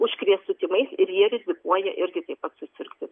užkrėstu tymais ir jie rizikuoja irgi taip pat susirgti